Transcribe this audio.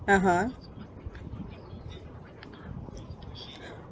(uh huh)